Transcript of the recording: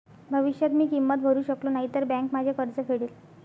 भविष्यात मी किंमत भरू शकलो नाही तर बँक माझे कर्ज फेडेल